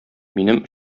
минем